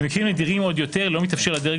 ובמקרים נדירים עוד יותר לא מתאפשר לדרג